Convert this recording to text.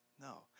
No